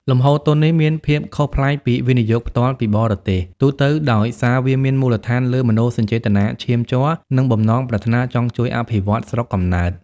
លំហូរទុននេះមានភាពខុសប្លែកពី វិនិយោគផ្ទាល់ពីបរទេស ទូទៅ ដោយសារវាមានមូលដ្ឋានលើ "មនោសញ្ចេតនាឈាមជ័រ" និងបំណងប្រាថ្នាចង់ជួយអភិវឌ្ឍស្រុកកំណើត។